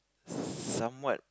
some what